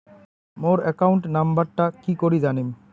মোর account নাম্বারটা কি করি জানিম?